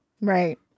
right